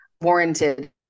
warranted